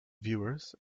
viewers